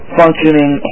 functioning